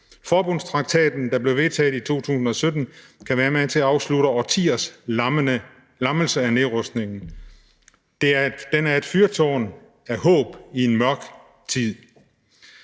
Forbundstraktaten, der blev vedtaget i 2017, kan være med til at afslutte årtiers lammelse af nedrustningen. Den er et fyrtårn af håb i en mørk tid.